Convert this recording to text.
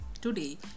Today